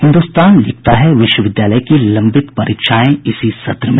हिन्दुस्तान लिखता है विश्वविद्यालय की लंबित परीक्षाएं इसी सत्र में